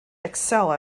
excel